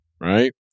right